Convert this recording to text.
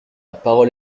parole